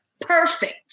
perfect